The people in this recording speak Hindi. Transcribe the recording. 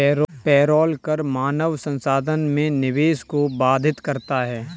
पेरोल कर मानव संसाधन में निवेश को बाधित करता है